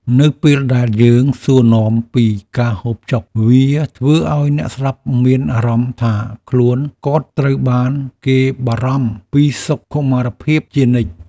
នៅពេលដែលយើងសួរនាំពីការហូបចុកវាធ្វើឱ្យអ្នកស្ដាប់មានអារម្មណ៍ថាខ្លួនគាត់ត្រូវបានគេបារម្ភពីសុខុមាលភាពជានិច្ច។